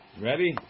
Ready